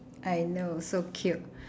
I know so cute